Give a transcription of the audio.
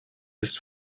just